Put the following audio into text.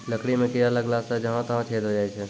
लकड़ी म कीड़ा लगला सें जहां तहां छेद होय जाय छै